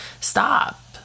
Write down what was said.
stop